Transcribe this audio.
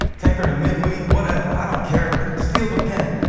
take her to midweek, whatever. i don't care, but steal the pen.